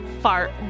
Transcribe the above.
fart